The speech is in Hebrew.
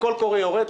והקול קורא יורד.